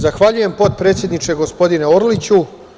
Zahvaljujem, potpredsedniče, gospodine Orliću.